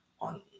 on